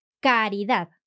caridad